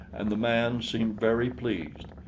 and the man seemed very pleased.